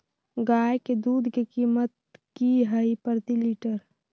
गाय के दूध के कीमत की हई प्रति लिटर?